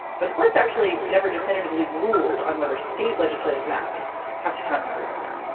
but the court's actually never definitively ruled on whether state legislative maps have to count everyone.